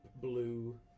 blue